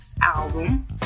album